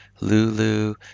Lulu